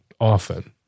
often